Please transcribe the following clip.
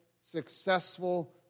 successful